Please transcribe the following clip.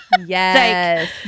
Yes